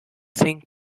think